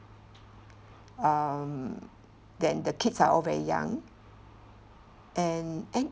um then the kids are all very young and and